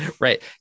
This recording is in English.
right